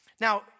Now